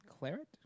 Claret